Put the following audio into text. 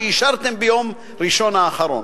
שאישרתם ביום ראשון האחרון.